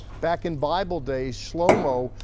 back in bible days schlomo,